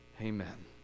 Amen